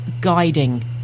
guiding